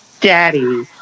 Daddy